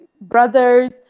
brothers